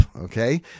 Okay